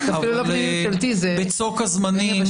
אבל בצוק הזמנים,